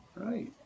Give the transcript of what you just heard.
Right